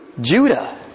Judah